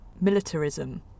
militarism